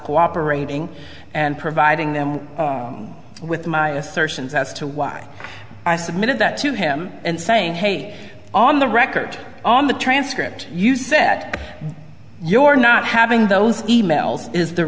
cooperating and providing them with my assertions as to why i submitted that to him and saying hey on the record on the transcript you set your not having those emails is the